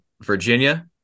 Virginia